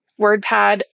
WordPad